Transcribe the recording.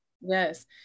Yes